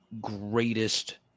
greatest